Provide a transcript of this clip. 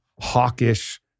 hawkish